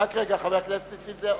נסים זאב,